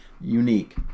unique